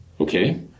Okay